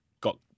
got